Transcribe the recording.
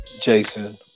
Jason